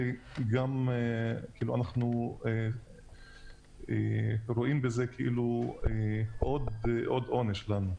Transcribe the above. אנחנו רואים בזה עוד עונש לנו.